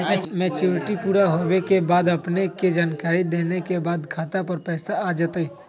Maturity पुरा होवे के बाद अपने के जानकारी देने के बाद खाता पर पैसा आ जतई?